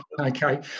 Okay